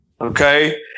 Okay